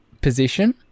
position